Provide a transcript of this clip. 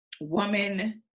woman